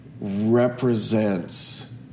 represents